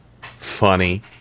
Funny